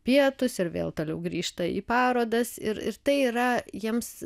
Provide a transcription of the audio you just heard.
pietus ir vėl toliau grįžta į parodas ir ir tai yra jiems